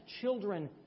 Children